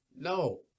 No